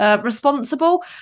responsible